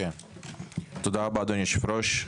תודה רבה, אדוני היושב-ראש.